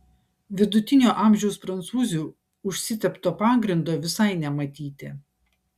vidutinio amžiaus prancūzių užsitepto pagrindo visai nematyti